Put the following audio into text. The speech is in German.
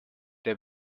der